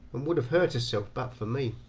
and would have hurt herself but for me.